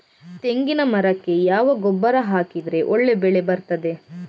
ತೆಂಗಿನ ಮರಕ್ಕೆ ಯಾವ ಗೊಬ್ಬರ ಹಾಕಿದ್ರೆ ಒಳ್ಳೆ ಬೆಳೆ ಬರ್ತದೆ?